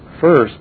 First